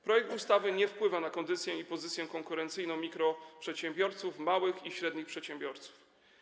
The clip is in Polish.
Projekt ustawy nie wpływa na kondycję i pozycję konkurencyjną mikroprzedsiębiorców, małych i średnich przedsiębiorców.